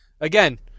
again